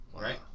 Right